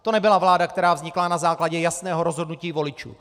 To nebyla vláda, která vznikla na základě jasného rozhodnutí voličů.